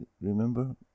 remember